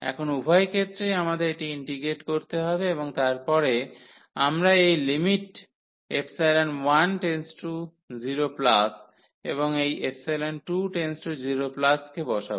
এখন উভয় ক্ষেত্রেই আমাদের এটি ইন্টিগ্রেট করতে হবে এবং তারপরে পরে আমরা এই লিমিট 10 এবং এই 20 কে বসাব